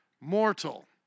mortal